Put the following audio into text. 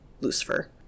Lucifer